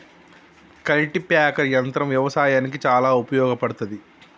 cultipacker యంత్రం వ్యవసాయానికి చాలా ఉపయోగపడ్తది